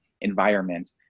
environment